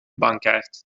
bankkaart